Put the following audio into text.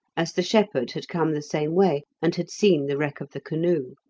as the shepherd had come the same way and had seen the wreck of the canoe.